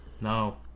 no